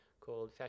called